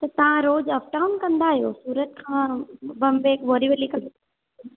त तव्हां रोज़ अप डाउन कंदा आहियो सूरत खां बंबई बोरीवली खां